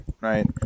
Right